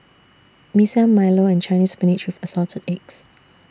Mee Siam Milo and Chinese Spinach with Assorted Eggs